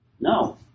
No